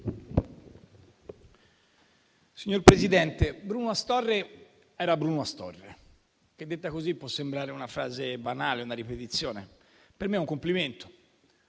Signor Presidente, Bruno Astorre era Bruno Astorre; detta così, può sembrare una frase banale o una ripetizione. Per me è un complimento,